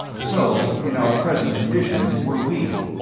so, in our present condition, were we.